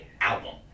album